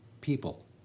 people